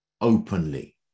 openly